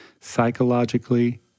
psychologically